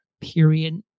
Period